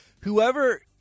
whoever